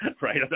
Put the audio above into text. right